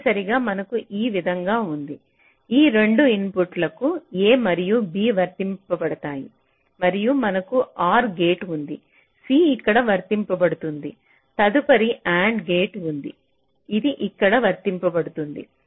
తప్పనిసరిగా మనకు ఈ విధంగా ఉంది ఈ రెండు ఇన్పుట్ లకు a మరియు b వర్తించబడతాయి మరియు మనకు OR గేట్ ఉంది c ఇక్కడ వర్తించబడుతుంది తదుపరి AND గేట్ ఉంది ఇది ఇక్కడ వర్తించబడుతుంది